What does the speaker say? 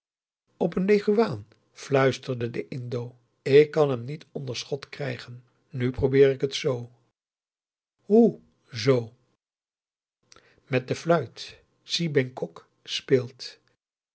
op een leguaan fluisterde de indo ik kan hem niet onder schot krijgen nu probeer ik het z hoe z met de fluit si bengkok speelt